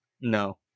no